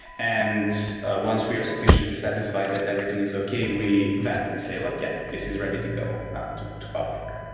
and once we are sufficiently satisfied that everything is okay, we vet and say like, yeah, this is ready to go to to public.